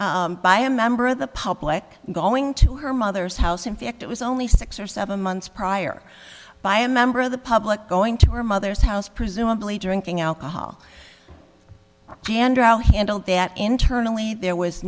by a member of the public going to her mother's house in fact it was only six or seven months prior by a member of the public going to her mother's house presumably drinking alcohol handrail handled that internally there was